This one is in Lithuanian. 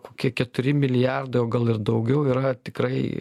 kokie keturi milijardai o gal ir daugiau yra tikrai